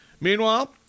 Meanwhile